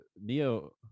neo